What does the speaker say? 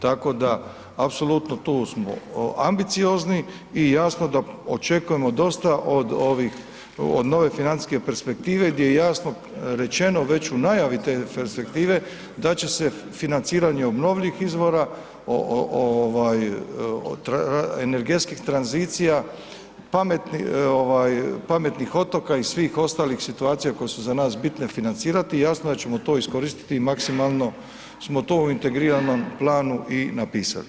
Tako da apsolutno tu smo ambiciozni i jasno da očekujemo dostav od ovih, od nove financijske perspektive gdje je jasno rečeno već u najavi te perspektive da će se financiranje obnovljivih izvora, ovaj energetskih tranzicija ovaj pametnih otoka i svih ostalih situacija koje su za nas bitne financirati i jasno da ćemo to iskoristiti i maksimalno smo to u integriranom planu i napisali.